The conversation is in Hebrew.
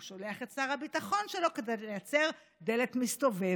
הוא שולח את שר הביטחון שלו כדי לייצר דלת מסתובבת.